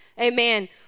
amen